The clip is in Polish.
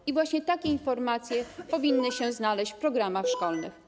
I właśnie takie informacje powinny się znaleźć w programach szkolnych.